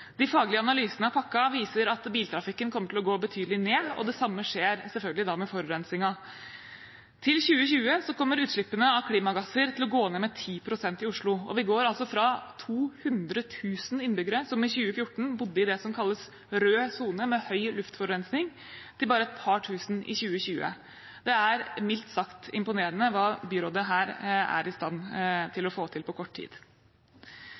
De faglige analysene av pakken viser at biltrafikken kommer til å gå betydelig ned, det samme skjer selvfølgelig da med forurensningen. Til 2020 kommer utslippene av klimagasser til å gå ned med 10 pst. i Oslo. Vi går fra 200 000 innbyggere som i 2014 bodde i det som kalles rød sone, med høy luftforurensning, til bare et par tusen i 2020. Det er mildt sagt imponerende hva byrådet her er i stand til å få til på kort tid.